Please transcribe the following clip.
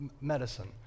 medicine